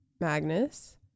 Magnus